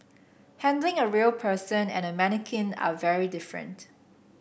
handling a real person and a mannequin are very different